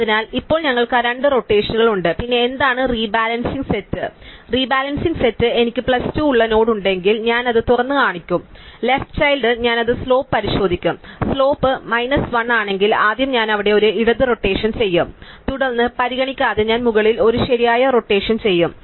അതിനാൽ ഇപ്പോൾ ഞങ്ങൾക്ക് ആ രണ്ട് റൊട്ടേഷനുകളുണ്ട് പിന്നെ എന്താണ് റിബാലൻസിംഗ് സെറ്റ് റീബാലൻസിംഗ് സെറ്റ് എനിക്ക് പ്ലസ് 2 ഉള്ള നോഡ് ഉണ്ടെങ്കിൽ ഞാൻ അത് തുറന്നുകാണിക്കും ലെഫ്റ് ചൈൽഡ് ഞാൻ അത് സ്ലോപ്പ് പരിശോധിക്കും സ്ലോപ്പ് മൈനസ് 1 ആണെങ്കിൽ ആദ്യം ഞാൻ അവിടെ ഒരു ഇടത് റോടേഷൻ ചെയ്യും തുടർന്ന് പരിഗണിക്കാതെ ഞാൻ മുകളിൽ ഒരു ശരിയായ റോടേഷൻ ചെയ്യും